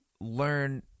learn